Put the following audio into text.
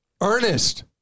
Ernest